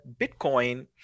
Bitcoin